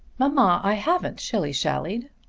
mamma, i haven't shilly-shallied.